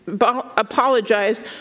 apologize